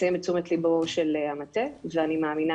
נמצאים לתשומת ליבו של המטה ואני מאמינה